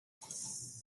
this